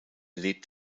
lebt